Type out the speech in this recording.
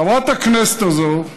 חברת הכנסת הזאת,